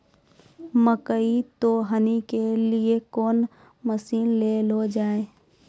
मकई तो हनी के लिए कौन मसीन ले लो जाए?